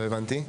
לא הבנתי.